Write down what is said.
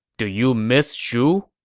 do you miss shu?